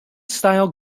style